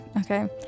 Okay